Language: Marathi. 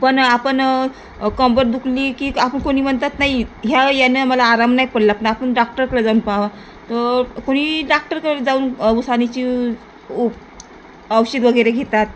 पण आपण कंबर दुखली की आपण कोणी म्हणतात नाही ह्या यानं मला आराम नाही पडला पण आपण डॉक्टरकडे जाऊन पाहावं तर कोणी डॉक्टरकडे जाऊन उसणीची औषधं वगैरे घेतात